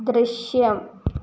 ദൃശ്യം